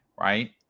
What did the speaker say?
Right